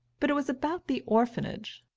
but it was about the orphanage